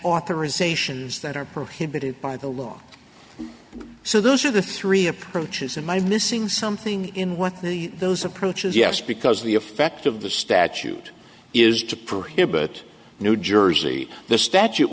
authorizations that are prohibited by the law so those are the three approaches and i'm missing something in one of the those approaches yes because the effect of the statute is to prohibit new jersey the statute